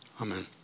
Amen